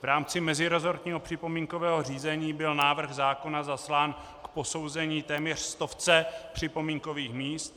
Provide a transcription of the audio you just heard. V rámci meziresortního připomínkového řízení byl návrh zákona zaslán k posouzení téměř stovce připomínkových míst.